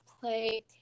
play